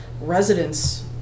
residents